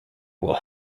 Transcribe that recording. will